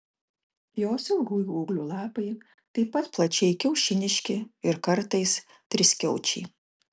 jos ilgųjų ūglių lapai taip pat plačiai kiaušiniški ir kartais triskiaučiai